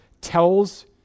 tells